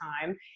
time